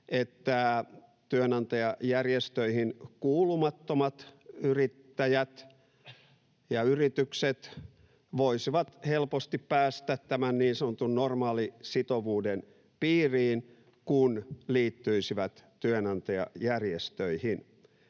että työnantajajärjestöihin kuulumattomat yrittäjät ja yritykset voisivat helposti päästä niin sanotun normaalisitovuuden piiriin, kun liittyisivät työnantajajärjestöihin.